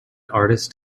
artist